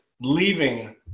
leaving